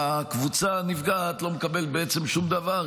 והקבוצה הנפגעת בעצם לא מקבלת שום דבר,